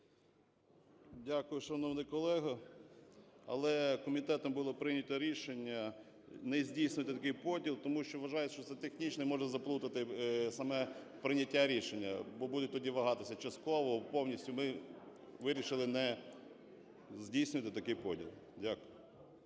Дякую, шановний колего. Але комітетом було прийнято рішення не здійснювати такий поділ. Тому що вважають, що це технічно може заплутати саме прийняття рішення. Бо будуть тоді вагатися: частково, повністю. Ми вирішили не здійснювати такий поділ. Дякую.